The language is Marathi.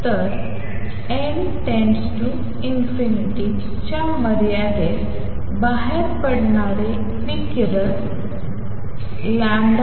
तर n →∞ च्या मर्यादेत बाहेर पडणारे विकिरण classical